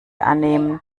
annehmen